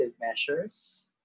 measures